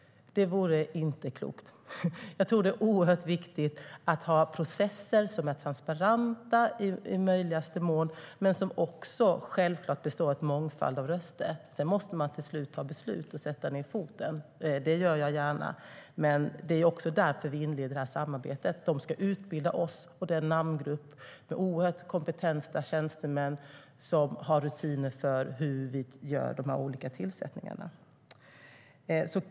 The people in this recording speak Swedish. Det vore inte så klokt. Jag tror att det är oerhört viktigt att ha processer som i möjligaste mån är transparenta och som självklart består av en mångfald av röster. Sedan måste man slutligen sätta ned foten och fatta beslut. Det gör jag gärna. Därför inleder vi samarbetet. De ska utbilda oss. Där finns oerhört kompetenta tjänstemän som har rutiner för hur vi gör de olika tillsättningarna.